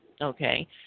Okay